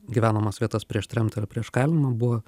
gyvenamas vietas prieš tremtį ir prieš kalinimą buvo